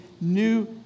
new